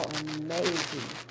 amazing